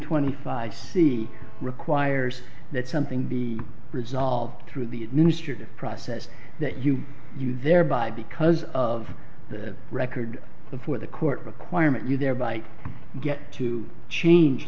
twenty five c requires that something be resolved through the administrative process that you use thereby because of the record before the court requirement you their bike get to change